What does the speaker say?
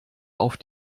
auf